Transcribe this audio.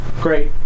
Great